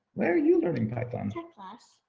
where are you learning python? it's your class?